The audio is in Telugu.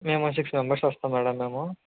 మేము సిక్సు మెంబర్సు వస్తాం మేడం మేము